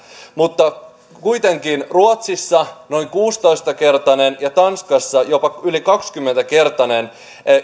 mutta kun kuitenkin ruotsissa on noin kuusitoista kertaa ja tanskassa jopa yli kaksikymmentä kertaa